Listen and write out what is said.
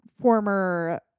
former